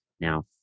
now